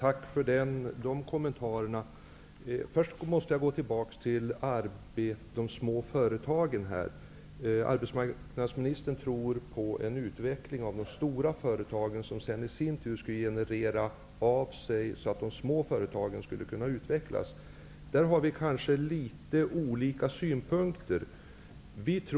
Herr talman! Tack för de kommentarerna. Arbetsmarknadsministern tror på en utveckling för de stora företagen som sedan i sin tur skall ge de små företagen möjlighet att utvecklas. Vi har kanske olika synpunkter när det gäller detta.